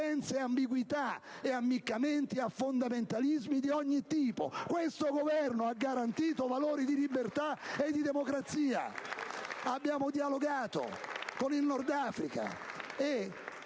ambiguità e ammiccamenti a fondamentalismi di ogni tipo. *(Applausi dal Gruppo PdL).*Questo Governo ha garantito valori di libertà e di democrazia. Abbiamo dialogato con il Nord Africa.